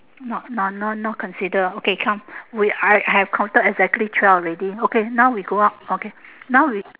not no no no consider okay come we I have counted exactly twelve already okay now we go out okay now we